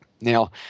Now